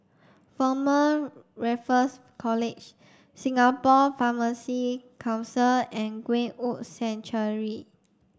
Former Raffles College Singapore Pharmacy Council and Greenwood Sanctuary